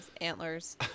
Antlers